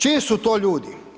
Čiji su to ljudi?